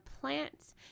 plants